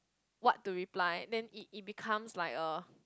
what to reply then it it becomes like a